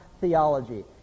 theology